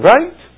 Right